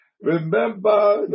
Remember